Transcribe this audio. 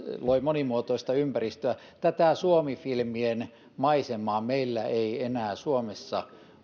loivat monimuotoista ympäristöä tätä suomi filmien maisemaa meillä ei enää suomessa